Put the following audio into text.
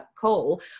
call